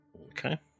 Okay